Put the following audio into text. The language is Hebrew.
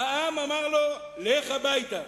העם אמר לו: לך הביתה.